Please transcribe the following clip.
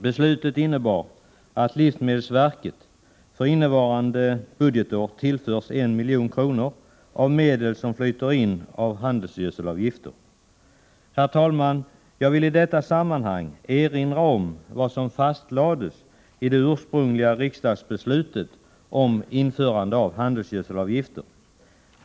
Beslutet innebar att livsmedelsverket för innevarande budgetår tillförs 1 milj.kr. av medel som flyter in av handelsgödselavgifter. Herr talman! Jag vill i detta sammanhang erinra om vad som fastlades i det ursprungliga riksdagsbeslutet om införande av handelsgödselavgifter.